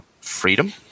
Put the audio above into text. freedom